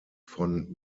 von